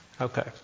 Okay